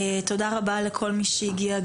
תודה רבה לכל מי שהגיע,